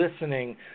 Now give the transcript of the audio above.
listening